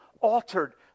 altered